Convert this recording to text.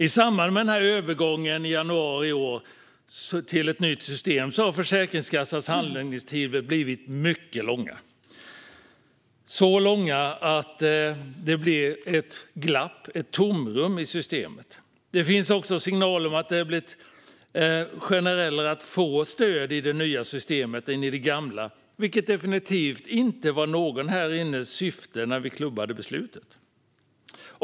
I samband med övergången till ett nytt system i januari i år har Försäkringskassans handläggningstider blivit mycket långa - så långa att det blir ett glapp, eller ett tomrum, i systemet. Det finns också signaler om att det generellt har blivit svårare att få stöd i det nya systemet än i det gamla, vilket definitivt inte var syftet från någon här inne när vi klubbade beslutet.